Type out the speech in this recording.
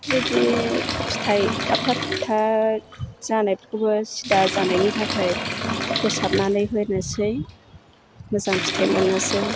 बिबायदि फिथाइ थाबथा थुबथा जानायफोरखौबो सिदा जानायनि थाखाय फोसाबनानै होनोसै मोजां फिथाइ मोननोसै